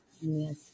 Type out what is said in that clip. yes